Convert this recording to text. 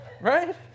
Right